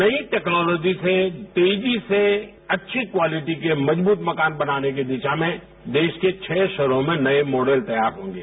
नई टेक्नोलॉजी से तेजी से अच्छी क्वालिटी के मजबूत मकान बनाने की दिशा में देश के छह शहरों में नए मॉडल तैयार हो रहे है